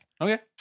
Okay